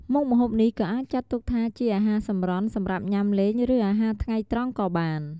មុខម្ហូបនេះក៏អាចចាត់ទុកថាជាអាហារសម្រន់សម្រាប់ញាំលេង ឬអាហារថ្ងៃត្រង់ក៏បាន។